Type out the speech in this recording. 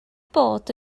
bod